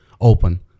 open